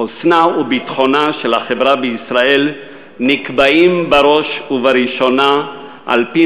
חוסנה וביטחונה של החברה בישראל נקבעים בראש ובראשונה על-פי